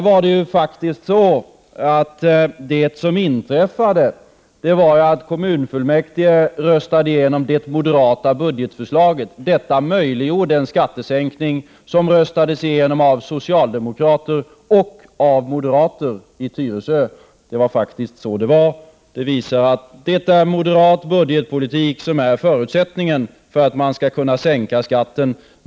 Vad som inträffade där var att kommunfullmäktige röstade igenom det moderata budgetförslaget. Detta möjliggjorde en skattesänkning, som röstades igenom av socialdemokrater och av moderater i Tyresö. Det var faktiskt så det gick till. Det visar att det är moderat budgetpolitik som är förutsättningen för att man skall kunna sänka skatten.